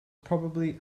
probably